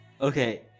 Okay